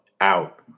out